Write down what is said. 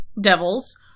devils